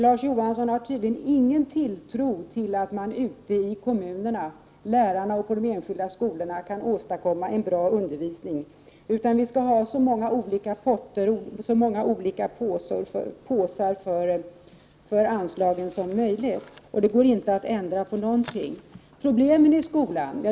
Larz Johansson har tydligen ingen tilltro till att man ute i kommunerna, dvs. lärarna på de enskilda skolorna, kan åstadkomma en bra undervisning. Det skall vara så många olika potter och påsar för anslagen som möjligt, och det går inte att ändra på någonting.